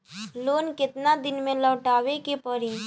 Loan केतना दिन में लौटावे के पड़ी?